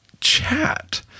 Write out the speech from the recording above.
chat